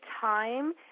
time